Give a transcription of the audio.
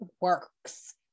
works